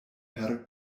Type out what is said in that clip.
per